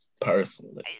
Personally